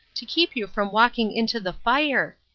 to keep you from walking into the fire.